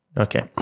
okay